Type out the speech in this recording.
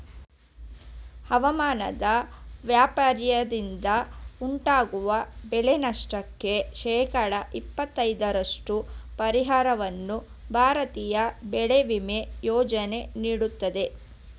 ಹವಾಮಾನ ವೈಪರೀತ್ಯದಿಂದ ಉಂಟಾಗುವ ಬೆಳೆನಷ್ಟಕ್ಕೆ ಶೇಕಡ ಇಪ್ಪತೈದರಷ್ಟು ಪರಿಹಾರವನ್ನು ಭಾರತೀಯ ಬೆಳೆ ವಿಮಾ ಯೋಜನೆ ನೀಡುತ್ತದೆ